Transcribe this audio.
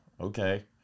okay